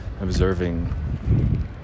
observing